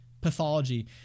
pathology